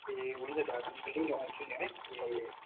ए हुन्छ दा म लिन आउँछु नि है